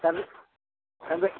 दानदो दानबाय